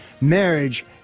marriage